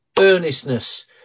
earnestness